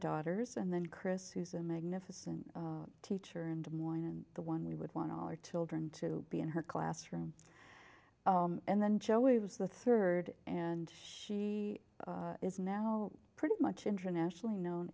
daughters and then chris who's a magnificent teacher in des moines and the one we would want all our children to be in her classroom and then joey was the third and she is now pretty much internationally known